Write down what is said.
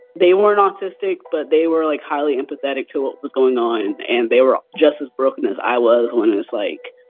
they weren't autistic, but they were, like, highly empathetic to what was going on and and they were just as broken as i was when it's like,